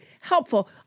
helpful